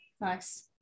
Nice